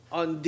on